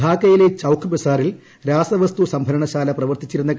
ധാക്കയിലെ ഉ ചൌക്ക് ബസാറിൽ രാസവസ്തു സംഭരണശാല പ്രവർത്തിച്ചിരുന്ന ായത്